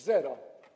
Zero.